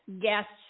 guests